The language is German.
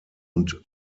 und